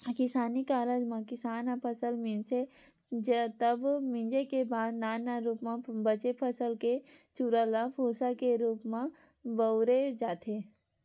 किसानी कारज म किसान ह फसल मिंजथे तब मिंजे के बाद नान नान रूप म बचे फसल के चूरा ल भूंसा के रूप म बउरे जाथे